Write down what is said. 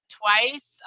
twice